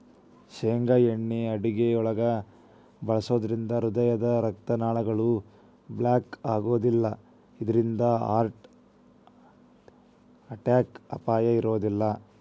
ಶೇಂಗಾ ಎಣ್ಣೆ ಅಡುಗಿಯೊಳಗ ಬಳಸೋದ್ರಿಂದ ಹೃದಯದ ರಕ್ತನಾಳಗಳು ಬ್ಲಾಕ್ ಆಗೋದಿಲ್ಲ ಇದ್ರಿಂದ ಹಾರ್ಟ್ ಅಟ್ಯಾಕ್ ಅಪಾಯ ಇರೋದಿಲ್ಲ